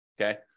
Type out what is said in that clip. okay